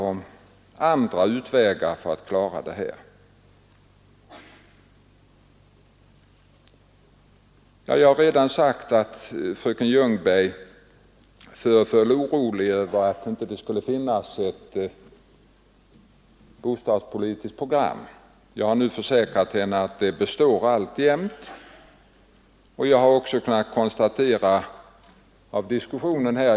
Jag har den bestämda uppfattningen att aldrig någonsin förut har riksdagen förelagts ett program som är så vittgående när det gäller att rusta upp det äldre bostadsbeståndet.